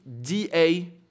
DA